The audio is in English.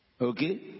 Okay